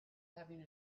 having